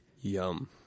Yum